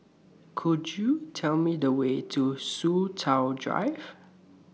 Could YOU Tell Me The Way to Soo Chow Drive